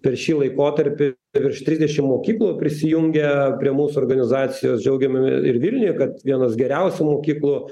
per šį laikotarpį virš trisdešim mokyklų prisijungė prie mūsų organizacijos džiaugiamė ir vilniuje kad vienos geriausių mokyklų